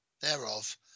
thereof